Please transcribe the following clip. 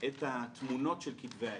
את התמונות של כתבי היד.